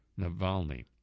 Navalny